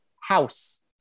house